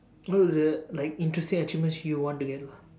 no it's like interesting achievements you want to get lah